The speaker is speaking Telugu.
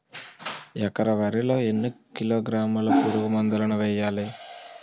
ఎకర వరి కి ఎన్ని కిలోగ్రాముల పురుగు మందులను వేయాలి?